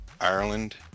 ireland